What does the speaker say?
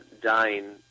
dying